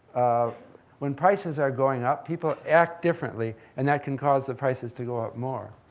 when prices are going up, people act differently and that can cause the prices to go up more.